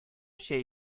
чәй